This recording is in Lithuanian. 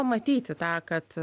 pamatyti tą kad